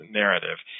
narrative